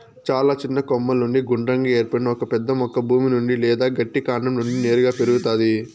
చాలా చిన్న కొమ్మల నుండి గుండ్రంగా ఏర్పడిన ఒక పెద్ద మొక్క భూమి నుండి లేదా గట్టి కాండం నుండి నేరుగా పెరుగుతాది